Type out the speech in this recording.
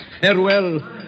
Farewell